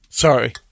sorry